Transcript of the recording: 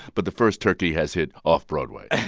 but the first turkey has hit off-broadway yeah